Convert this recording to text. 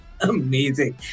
Amazing